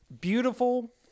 beautiful